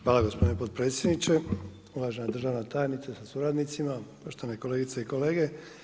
Hvala gospodine potpredsjedniče, uvažena državna tajnice sa suradnicima, poštovane kolegice i kolege.